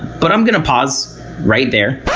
but i'm going to pause right there.